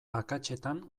akatsetan